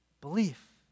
belief